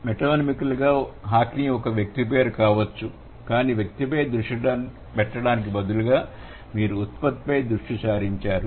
metonymical గా Hockney ఒక వ్యక్తి పేరు కావచ్చు కానీ వ్యక్తిపై దృష్టి పెట్టడానికి బదులుగా మీరు ఉత్పత్తిపై దృష్టి సారించారు